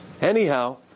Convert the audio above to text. Anyhow